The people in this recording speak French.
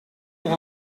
pour